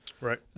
right